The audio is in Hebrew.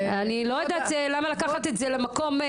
אני לא יודעת למה לקחת את זה למקום.